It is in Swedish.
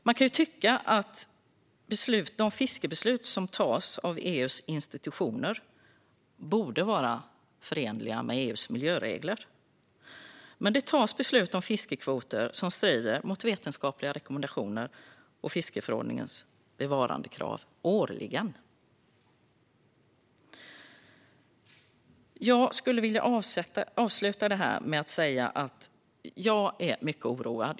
Man kan tycka att de fiskebeslut som tas av EU:s institutioner borde vara förenliga med EU:s miljöregler, men det tas beslut om fiskekvoter som strider mot vetenskapliga rekommendationer och fiskeförordningens bevarandekrav årligen. Jag skulle vilja avsluta med att säga att jag är mycket oroad.